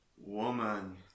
woman